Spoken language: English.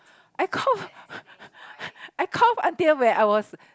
I cough I cough until when I was